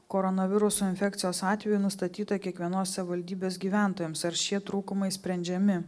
koronaviruso infekcijos atvejų nustatyta kiekvienos savivaldybės gyventojams ar šie trūkumai sprendžiami